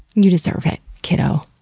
you deserve it, kiddo!